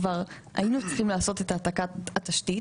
כבר היינו צריכים לעשות את העתקת התשתית,